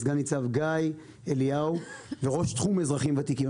סגן ניצב גיא אליהו וראש תחום אזרחים ותיקים.